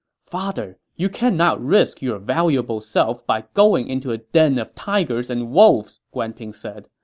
father, you cannot risk your valuable self by going into a den of tigers and wolves! guan ping said.